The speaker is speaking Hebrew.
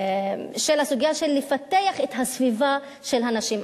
בסוגיה של לפתח את הסביבה של הנשים.